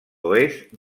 oest